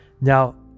Now